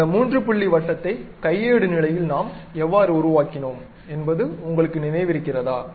அந்த மூன்று புள்ளி வட்டத்தை கையேடு நிலையில் நாம் எவ்வாறு உருவாக்கினோம் என்பது உங்களுக்கு நினைவிருக்கிறதா